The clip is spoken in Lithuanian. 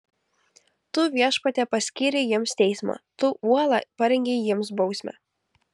tu viešpatie paskyrei jiems teismą tu uola parengei jiems bausmę